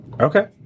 Okay